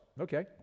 okay